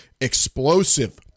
explosive